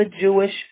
Jewish